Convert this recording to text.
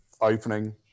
opening